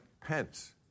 Pence